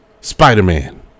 Spider-Man